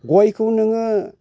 गयखौ नोङो